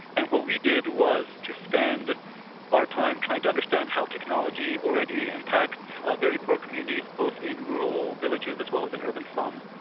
and what we did was to spend our time trying to understand how technology already impacts ah very poor communities both in rural villages as well as in urban slums.